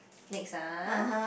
next ah